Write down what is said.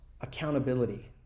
accountability